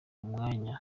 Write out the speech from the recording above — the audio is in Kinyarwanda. umwanya